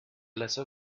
lesser